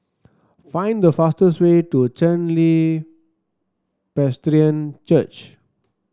find the fastest way to Chen Li Presbyterian Church